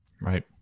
Right